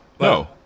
No